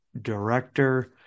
director